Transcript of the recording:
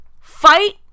Fight